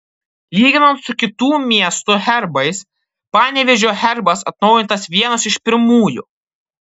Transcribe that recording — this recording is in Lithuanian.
lyginant su kitų miestų herbais panevėžio herbas atnaujintas vienas iš pirmųjų